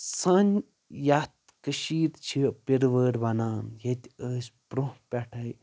سٲنۍ یتھ کٔشیٖر چھِ پِروٲر ونان ییٚتہِ ٲسۍ برونہہ پیٚٹھے